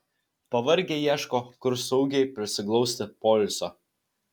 pavargę ieško kur saugiai prisiglausti poilsio